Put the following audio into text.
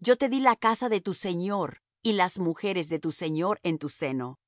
yo te dí la casa de tu señor y las mujeres de tu señor en tu seno